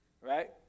Right